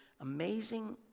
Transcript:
amazing